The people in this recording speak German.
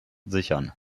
sichern